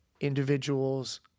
individuals